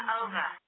over